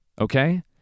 Okay